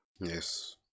Yes